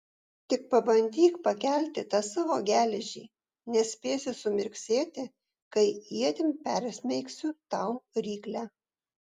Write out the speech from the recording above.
tik pabandyk pakelti tą savo geležį nespėsi sumirksėti kai ietim persmeigsiu tau ryklę